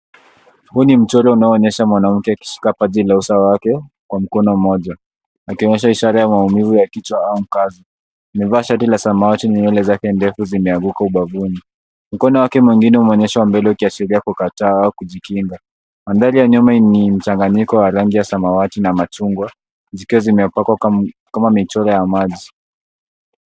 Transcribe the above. Huu ni mchoro unaoonyesha mwanamke akishika paji la uso wake, kwa mkono moja, akionyesha ishara ya maumivu ya kichwa au mkazo. Amevaa shati la samawati, na nywele zake ndefu zimeanguka ubavuni. Mkono wake mwingine umeonyeshwa mbele, ukiashiria kukataa au kujikinga. Mandhari ya nyuma ni mchanganyiko wa rangi ya samawati na machungwa, zikiwa zimepakwa kama michoro ya maji.